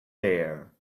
there